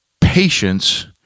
patience